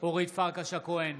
אורית פרקש הכהן,